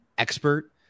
expert